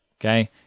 Okay